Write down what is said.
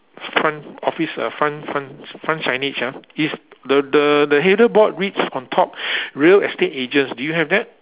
front office uh front front front signage ah it's the the the header board reads on top real estate agents do you have that